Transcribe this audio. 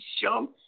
show